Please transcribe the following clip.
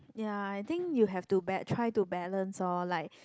ya I think you have to try to balance orh like